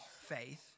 faith